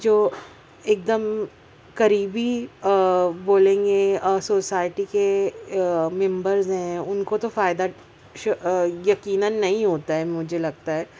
جو ایک دم قریبی بولیں گے سو سائٹی کے ممبرز ہیں ان کو تو فائدہ شیو یقیناً نہیں ہوتا ہے مجھے لگتا ہے